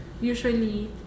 usually